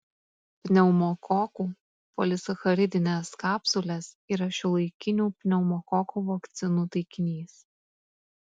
pneumokokų polisacharidinės kapsulės yra šiuolaikinių pneumokoko vakcinų taikinys